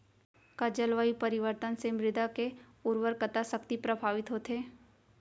का जलवायु परिवर्तन से मृदा के उर्वरकता शक्ति प्रभावित होथे?